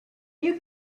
you